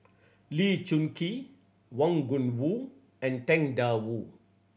Lee Choon Kee Wang Gungwu and Tang Da Wu